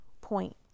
point